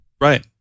right